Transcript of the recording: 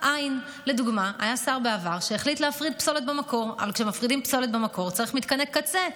4. האם יש תוכנית עבודה לניצול כספי הקרן לשנת 2023?